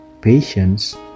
patience